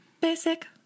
Basic